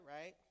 right